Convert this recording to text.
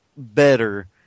better